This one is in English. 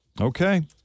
Okay